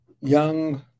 young